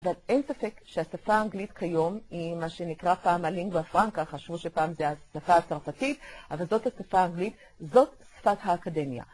אבל אין ספק שהשפה האנגלית כיום, היא מה שנקרא פעם הלינגו-אפרנקה, חשבו שפעם זו השפה הצרפתית, אבל זאת השפה האנגלית, זאת שפת האקדמיה.